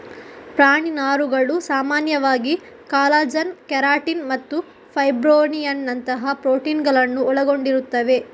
ಪ್ರಾಣಿ ನಾರುಗಳು ಸಾಮಾನ್ಯವಾಗಿ ಕಾಲಜನ್, ಕೆರಾಟಿನ್ ಮತ್ತು ಫೈಬ್ರೊಯಿನ್ನಿನಂತಹ ಪ್ರೋಟೀನುಗಳನ್ನು ಒಳಗೊಂಡಿರುತ್ತವೆ